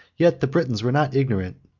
yet the britons were not ignorant,